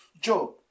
Job